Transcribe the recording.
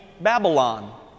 Babylon